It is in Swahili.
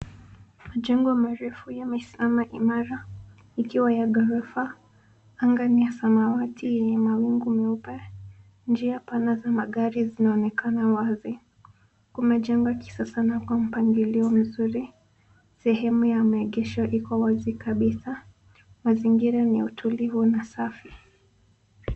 Majengo marefu yamesimama imara ikiwa ya ghorofa. Anga ni ya samawati yenye mawingu meupe. Njia pana za magari zinaonekana wazi. Kumejengwa kisasa na kwa mpangilio mzuri. Sehemu ya maegesho iko wazi kabisa. Mazingira ni ya utulivu na safi.